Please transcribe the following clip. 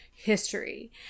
history